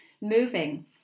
moving